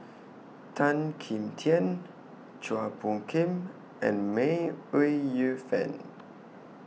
Tan Kim Tian Chua Phung Kim and May Ooi Yu Fen